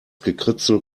gekritzel